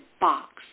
box